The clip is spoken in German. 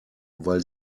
weil